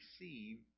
receive